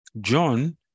John